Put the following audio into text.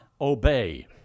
Obey